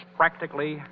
practically